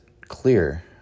clear